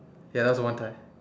ya that was the one time